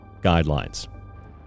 guidelines